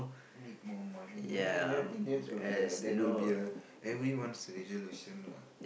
make more money eh eh I think that will be uh that will be uh everyone resolution lah